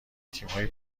تیمهای